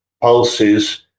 pulses